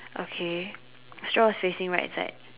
okay straw is facing right side